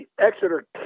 Exeter